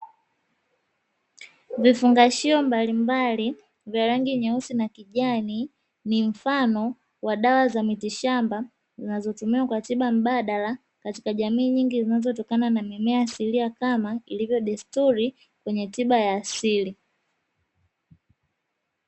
Vifungashio mbalimbali vya rangi nyeusi na kijani, ni mfano wa dawa za miti shamba zinazotumika kwa tiba mbadala, katika jamii nyingi zinazotokana na mimea asilia, kama ilivyo desturi kwenye tiba asili.